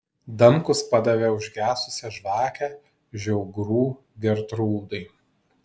damkus padavė užgesusią žvakę žiaugrų gertrūdai